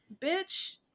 Bitch